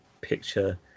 picture